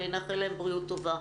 ונאחל להם בריאות טובה,